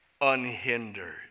Unhindered